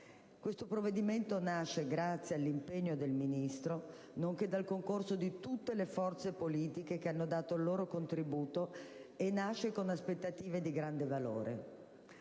Questo provvedimento nasce grazie all'impegno del Ministro, nonché dal concorso di tutte le forze politiche che hanno dato il loro contributo; nasce con aspettative di grande valore.